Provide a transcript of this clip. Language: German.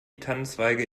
tannenzweige